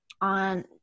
on